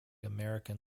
american